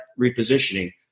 repositioning